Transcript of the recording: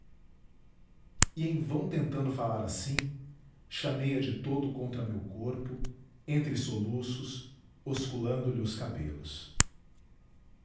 e em vão tentando falar assim chamei a de todo contra meu corpo entre soluços osculandolhe os cabelos